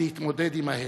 ולהתמודד עמן.